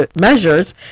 measures